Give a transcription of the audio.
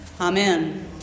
Amen